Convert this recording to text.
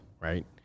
Right